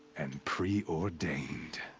and preordained.